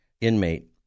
inmate